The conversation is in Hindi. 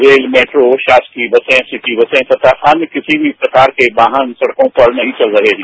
रेल मेट्रो शासकीय बसे सिटी बसें तथा अन्य किसी भी प्रकार के वाहन सड़कों पर नहीं चल रहे हैं